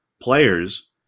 players